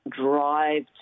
drive